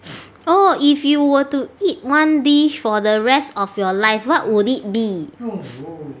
orh if you were to eat one dish for the rest of your life what would it be